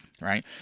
right